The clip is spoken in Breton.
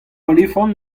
olifant